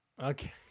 Okay